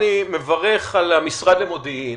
אני מברך על המשרד למודיעין,